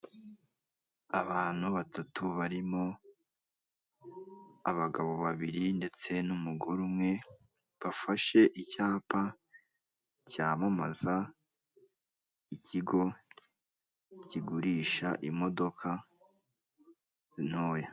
Abantu batatu barimo abagabo babiri ndetse n'umugore umwe, bafashe icyapa cyamamaza ikigo kigurisha imodoka ntoya.